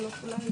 לא כולם יודעים.